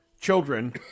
children